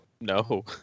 No